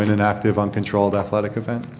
and an active uncontrolled athletic event.